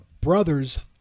brother's